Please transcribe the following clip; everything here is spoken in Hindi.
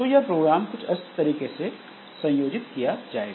तो यह प्रोग्राम कुछ इस तरीके से संयोजित किया जायेगा